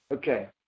Okay